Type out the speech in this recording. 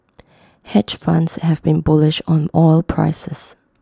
hedge funds have been bullish on oil prices